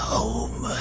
Home